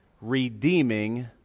Redeeming